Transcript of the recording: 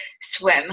swim